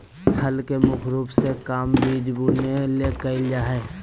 हल के मुख्य रूप से काम बिज बुने ले कयल जा हइ